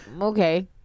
okay